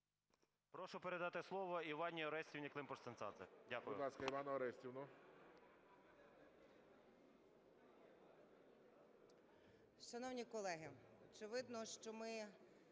Прошу передати слово Іванні Орестівні Климпуш-Цинцадзе. Дякую.